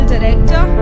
Director